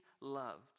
loved